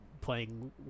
playing